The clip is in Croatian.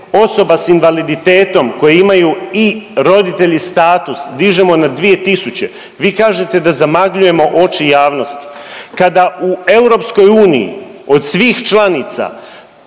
osoba sa invaliditetom koje imaju i roditelji status dižemo na 2000. vi kažete da zamagljujemo oči javnosti. Kada u Europskoj uniji